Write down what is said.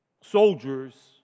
soldiers